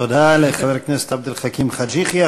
תודה לחבר הכנסת עבד אל חכים חאג' יחיא.